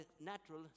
natural